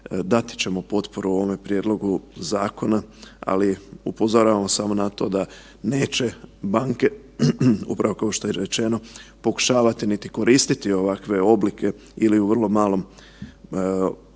dati ćemo potporu ovome prijedlogu zakona, ali upozoravamo samo na to da neće banke, upravo kao što je i rečeno, pokušavati niti koristiti ovakve oblike ili u vrlo malom i u